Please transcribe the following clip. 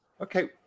okay